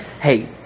hey